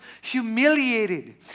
humiliated